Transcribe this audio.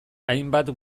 hainbat